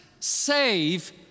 save